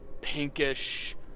pinkish